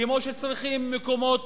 כמו שצריכים מקומות